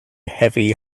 heavy